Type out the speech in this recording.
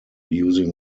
using